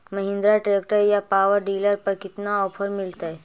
Mahindra tractor या power dealer पर कितना ओफर मीलेतय?